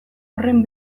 horren